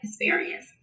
experience